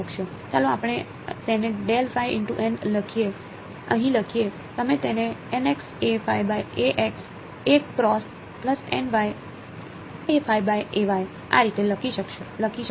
ચાલો આપણે તેને અહીં લખીએ તમે તેને આ રીતે લખી શકો